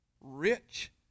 rich